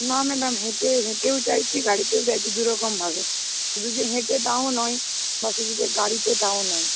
না ম্যাডাম হেঁটে হেঁটেও চাইছি গাড়িতেও চাইছি দুরকমভাবে শুধু যে হেঁটে তাও নয় বাকি যদি গাড়িতে তাও নয়